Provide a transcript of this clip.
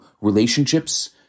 relationships